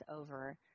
over